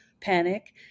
panic